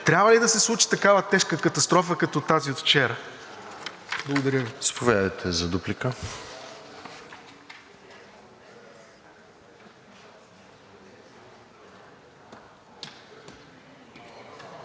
Трябва ли да се случи такава тежка катастрофа като тази от вчера? Благодаря Ви.